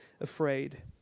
afraid